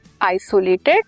isolated